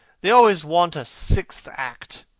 they always want a sixth act,